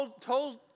told